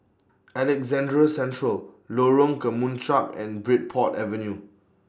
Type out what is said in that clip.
Alexandra Central Lorong Kemunchup and Bridport Avenue